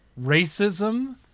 racism